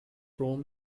rome